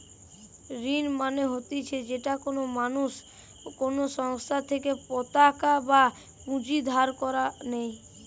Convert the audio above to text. ঋণ মানে হতিছে যেটা কোনো মানুষ কোনো সংস্থার থেকে পতাকা বা পুঁজি ধার নেই